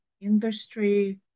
Industry